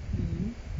mmhmm